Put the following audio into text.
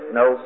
no